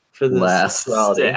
last